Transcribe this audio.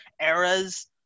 eras